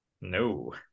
No